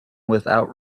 without